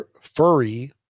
furry